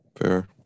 Fair